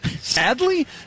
sadly